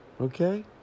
Okay